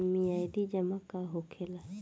मियादी जमा का होखेला?